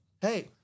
Hey